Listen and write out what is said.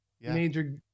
major